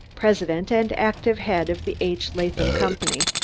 president and active head of the h. latham company,